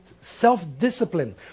Self-discipline